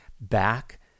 back